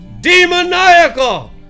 demoniacal